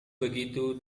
begitu